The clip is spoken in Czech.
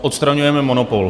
Odstraňujeme monopol.